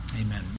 Amen